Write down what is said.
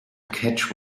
catch